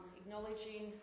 acknowledging